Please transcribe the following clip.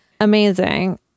Amazing